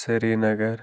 Srinagar